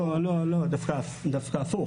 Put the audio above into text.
לא, דווקא הפוך.